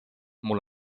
mul